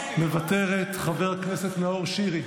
מוותרת, חבר הכנסת נאור שירי,